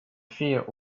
fear